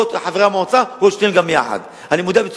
אני בוודאי צודק, לא אומרים את זה בקול.